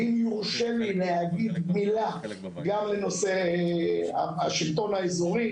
ואם יורשה לי להגיד מילה גם לנושא השלטון האזורי,